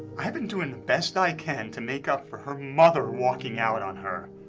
i've been doing the best i can to make up for her mother walking out on her.